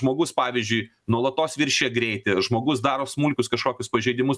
žmogus pavyzdžiui nuolatos viršija greitį žmogus daro smulkius kažkokius pažeidimus